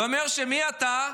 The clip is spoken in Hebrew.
ואומר שמעתה,